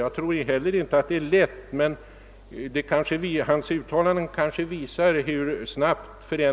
Jag tror heller inte att det blir lätt, men mitt citat kanske visar hur snabbt utvecklingen går och vilka omvärderingar man får göra.